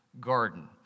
garden